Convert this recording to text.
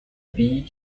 pays